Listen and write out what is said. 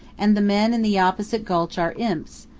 and the men in the opposite gulch are imps,